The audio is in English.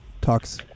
talks